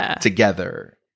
together